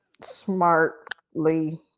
smartly